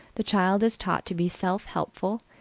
the child is taught to be self-helpful,